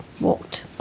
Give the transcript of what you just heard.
walked